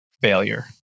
failure